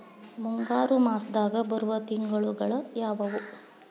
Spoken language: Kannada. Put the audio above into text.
ಮುಂಗಾರು ಮಾಸದಾಗ ಬರುವ ತಿಂಗಳುಗಳ ಯಾವವು?